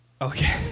Okay